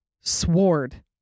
sword